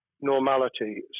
normality